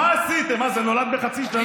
בלי כל הסיפורים